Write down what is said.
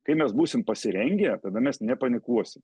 kai mes būsim pasirengę tada mes nepanikuosim